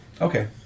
Okay